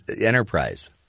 enterprise